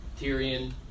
Tyrion